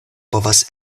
povas